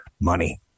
money